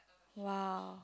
!wow!